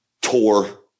tore